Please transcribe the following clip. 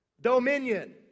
Dominion